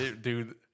Dude